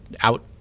out